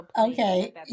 Okay